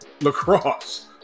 lacrosse